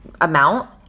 amount